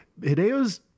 Hideo's